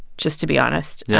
just to be honest yeah.